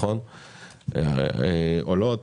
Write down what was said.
עולות.